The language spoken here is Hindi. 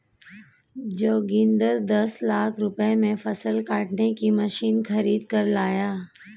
जोगिंदर दस लाख रुपए में फसल काटने की मशीन खरीद कर लाया